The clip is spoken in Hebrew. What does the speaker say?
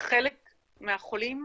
חלק מהחולים,